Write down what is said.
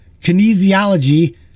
Kinesiology